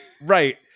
Right